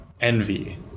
envy